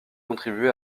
contribué